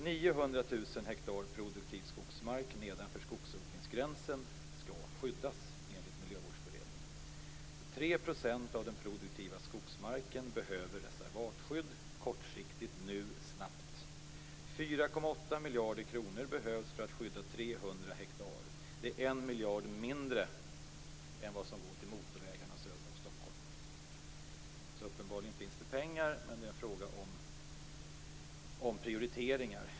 900 000 hektar produktiv skogsmark nedanför skogsodlingsgränsen skall skyddas enligt Miljövårdsberedningen. 3 % av den produktiva skogsmarken behöver reservatskydd kortsiktigt, nu och snabbt. 4,8 miljarder kronor behövs för att skydda 300 hektar. Det är en miljard mindre än vad som går till motorvägarna söder om Stockholm. Uppenbarligen finns det alltså pengar, men det är en fråga om omprioriteringar.